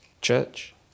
church